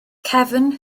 cefn